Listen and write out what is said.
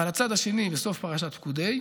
אבל הצד השני, בסוף פרשת פקודי,